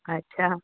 अच्छा